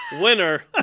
winner